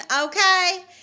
Okay